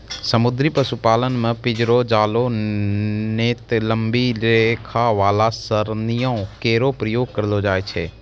समुद्री पशुपालन म पिंजरो, जालों नै त लंबी रेखा वाला सरणियों केरो प्रयोग करलो जाय छै